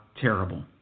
terrible